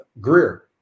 Greer